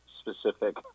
specific